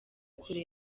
kure